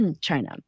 China